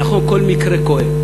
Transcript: נכון, כל מקרה כואב.